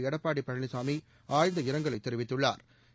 எடப்பாடி பழனிசாமி ஆழ்ந்த இரங்கலை தெரிவித்துள்ளாா்